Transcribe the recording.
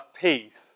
peace